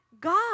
God